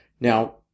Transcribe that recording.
Now